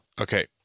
Okay